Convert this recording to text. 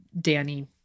Danny